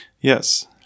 yes